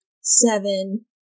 seven